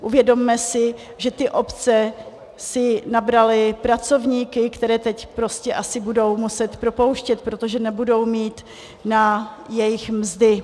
Uvědomme si, že si obce nabraly pracovníky, které teď prostě asi budou muset propouštět, protože nebudou mít na jejich mzdy.